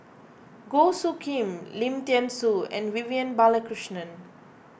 Goh Soo Khim Lim thean Soo and Vivian Balakrishnan